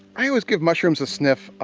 i always give mushrooms a sniff.